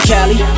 Cali